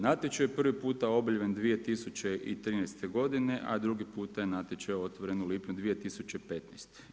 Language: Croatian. Natječaj je prvi puta objavljen 2013. godine, a drugi puta je natječaj otvoren u lipnju 2015.